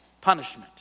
punishment